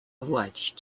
obliged